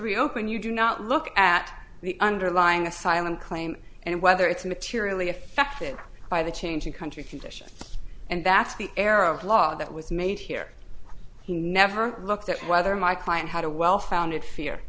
reopen you do not look at the underlying asylum claim and whether it's materially affected by the change in country conditions and that's the arrow law that was made here he never looked at whether my client had a well founded fear